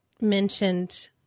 mentioned